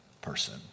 person